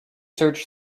search